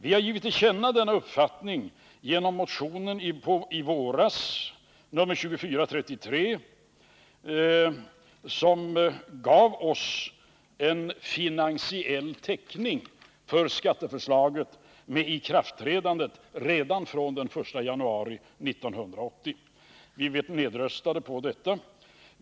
Vi har givit till känna denna uppfattning genom motionen i våras, nr 2433, som gav oss en finansiell täckning för skatteförslaget med ikraftträdande redan från den 1 januari 1980. Vi blev nedröstade på detta förslag.